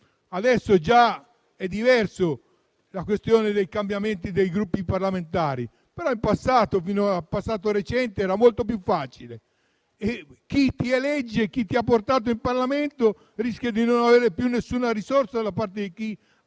Adesso la questione dei cambiamenti dei Gruppi parlamentari è già diversa, però in passato, fino al passato recente, era molto più facile. Chi ti elegge, chi ti ha portato in Parlamento, rischia di non avere più nessuna risorsa perché chi è